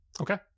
Okay